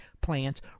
plants